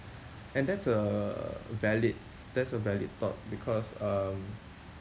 and that's a valid that's a valid thought because um